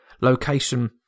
location